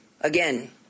again